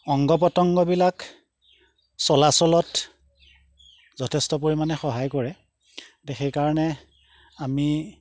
অংগ পতংগবিলাক চলাচলত যথেষ্ট পৰিমাণে সহায় কৰে তে সেইকাৰণে আমি